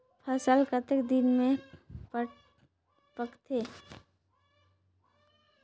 फसल कतेक दिन मे पाकथे?